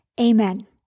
amen